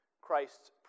Christ's